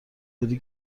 بوده